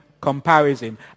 Comparison